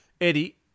Eddie